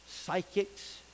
Psychics